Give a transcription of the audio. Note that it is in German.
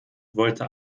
wollte